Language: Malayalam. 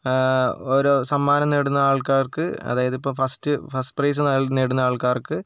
ഓരോ സമ്മാനം നേടുന്ന ആൾക്കാർക്ക് അതായത് ഇപ്പോൾ ഫസ്റ്റ് ഫസ്റ്റ് പ്രൈസ് നേടുന്ന ആൾക്കാർക്ക്